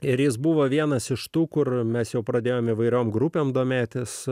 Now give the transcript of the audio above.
ir jis buvo vienas iš tų kur mes jau pradėjome įvairiom grupėm domėtis